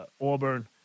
Auburn